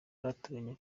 ndateganya